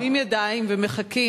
מרימים ידיים ומחכים.